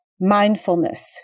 mindfulness